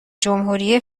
جمهوری